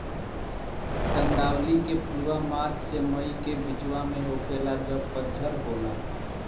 कंदावली के फुलवा मार्च से मई के बिचवा में होखेला जब पतझर होला